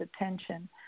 attention